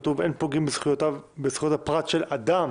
כתוב שאין פוגעים בזכויות הפרט של אדם,